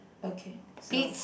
okay so